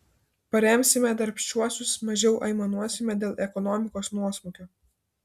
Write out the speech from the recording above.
paremsime darbščiuosius mažiau aimanuosime dėl ekonomikos nuosmukio